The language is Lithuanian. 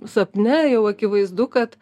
sapne jau akivaizdu kad